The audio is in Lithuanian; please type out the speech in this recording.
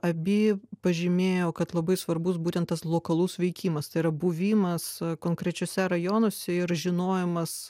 abi pažymėjo kad labai svarbus būtent tas lokalus veikimas tai yra buvimas konkrečiuose rajonuose ir žinojimas